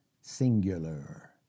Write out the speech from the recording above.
singular